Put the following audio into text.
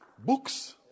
Books